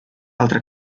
altra